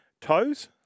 toes